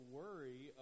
worry